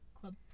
Club